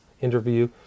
interview